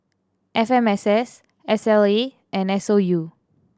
F M S S S L A and S O U